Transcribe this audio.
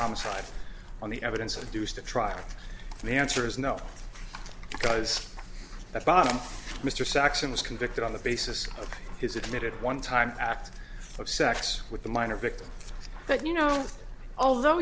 homicide on the evidence of a deuce to trial and the answer is no because the bottom mr saxon was convicted on the basis of his admitted one time act of sex with a minor victim but you know although